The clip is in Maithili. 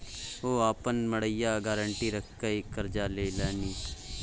ओ अपन मड़ैया गारंटी राखिकए करजा लेलनि